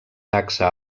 taxa